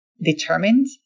determined